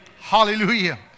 Hallelujah